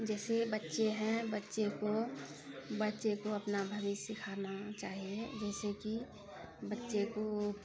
जैसे बच्चे हैं बच्चे को बच्चे को अपना भविष्य सिखाना चाहिये जैसे कि बच्चे को